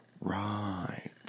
Right